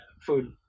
food